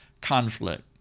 conflict